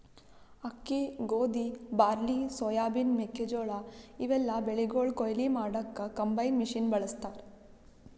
ಅಕ್ಕಿ ಗೋಧಿ barley soybean ಮೆಕ್ಕೆಜೋಳಾ ಇವೆಲ್ಲಾ ಬೆಳಿಗೊಳ್ ಕೊಯ್ಲಿ ಮಾಡಕ್ಕ್ ಕಂಬೈನ್ ಮಷಿನ್ ಬಳಸ್ತಾರ್